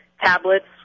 Tablets